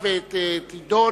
החוקה,